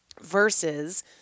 versus